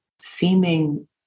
seeming